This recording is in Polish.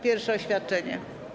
Pierwsze oświadczenie.